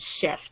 shift